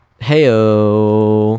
Heyo